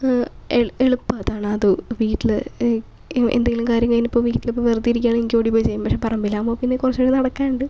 എൾ എളുപ്പമതാണ് അതു വീട്ടില് എന്തെങ്കിലും കാര്യം കഴിഞ്ഞ് വീട്ടില് വെറുതെ ഇരിക്കുവാണെൽ എനിക്ക് ഓടിപ്പോയി ചെയ്യാം പക്ഷേ പറമ്പിലാകുമ്പോൾ പിന്നെ കുറച്ചും കൂടെ നടക്കാനുണ്ട്